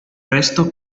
resto